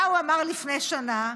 מה הוא אמר לפני שנה?